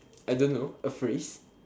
I don't know a phrase